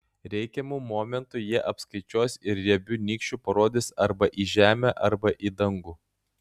reikiamu momentu jie apskaičiuos ir riebiu nykščiu parodys arba į žemę arba į dangų